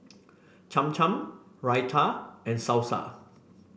Cham Cham Raita and Salsa